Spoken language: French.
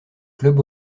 club